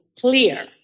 clear